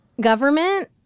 government